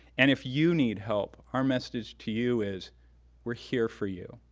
and if you need help, our message to you is we're here for you.